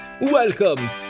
Welcome